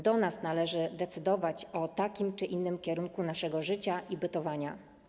Do nas należy decydować o takim czy innym kierunku naszego życia i bytowania.